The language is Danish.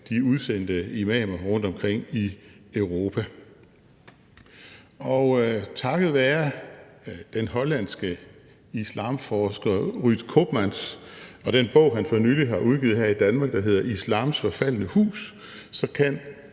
de udsendte imamer rundtomkring i Europa. Takket være den hollandske islamforsker Ruud Koopmans og den bog, han for nylig har udgivet her i Danmark, der hedder Islams Forfaldne Hus, kan